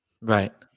Right